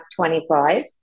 25